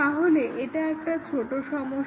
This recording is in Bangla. তাহলে এটা একটা ছোট সমস্যা